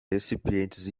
recipientes